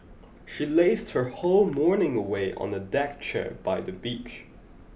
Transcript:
she lazed her whole morning away on a deck chair by the beach